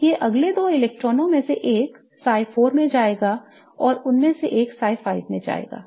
अब ये अगले 2 इलेक्ट्रॉनों में से एक psi 4 में जाएगा और उनमें से एक psi 5 में जाएगा